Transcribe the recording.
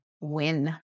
win